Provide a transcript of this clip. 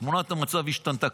תמונת המצב השתנתה.